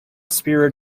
spirit